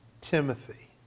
Timothy